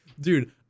Dude